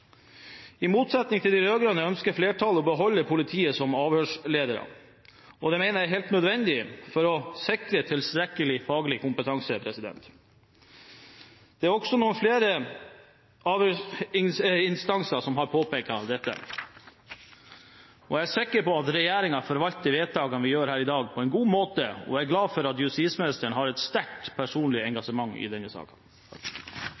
I motsetning til de rød-grønne ønsker flertallet å beholde politiet som avhørsleder. Det mener jeg er helt nødvendig for å sikre tilstrekkelig faglig kompetanse. Det er også flere instanser som har påpekt dette. Jeg er sikker på at regjeringen forvalter de vedtakene vi gjør her i dag, på en god måte, og er glad for at justisministeren har et sterkt personlig